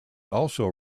also